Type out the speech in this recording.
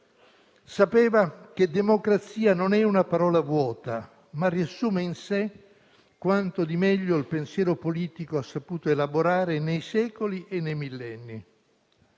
Sapeva che la democrazia non è una parola vuota, ma che riassume in sé quanto di meglio il pensiero politico ha saputo elaborare nei secoli e nei millenni.